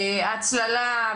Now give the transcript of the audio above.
הצללה,